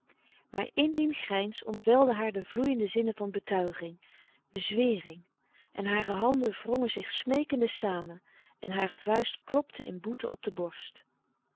in dien grijns ontwelden haar de vloeiende zinnen van betuiging bezwering en hare handen wrongen zich smeekende samen en hare vuist klopte in boete op de borst